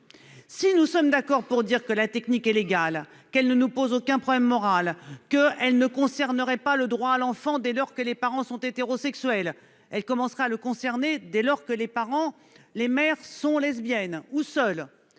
Si nous sommes d'accord pour reconnaître que cette technique est légale, qu'elle ne nous pose aucun problème moral, qu'elle ne concerne pas le droit à l'enfant dès lors que les parents sont hétérosexuels- elle ne commence à le concerner que si les mères sont lesbiennes ou seules